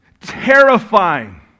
terrifying